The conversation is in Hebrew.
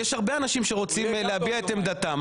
יש הרבה אנשים שרוצים להביע את עמדתם.